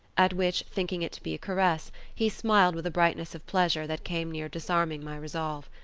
at which, thinking it to be a caress, he smiled with a brightness of pleasure that came near disarming my resolve.